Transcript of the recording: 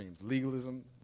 legalism